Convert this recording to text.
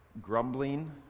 Grumbling